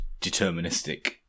deterministic